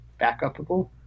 backupable